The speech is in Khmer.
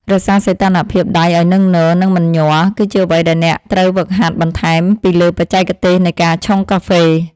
រក្សាសុីតុណ្ហភាពដៃឱ្យនឹងនរ និងមិនញ័រ គឺជាអ្វីដែលអ្នកត្រូវហ្វឹកហាត់បន្ថែមពីលើបច្ចេកទេសនៃការឆុងកាហ្វេ។